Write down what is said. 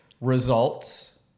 results